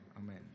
Amen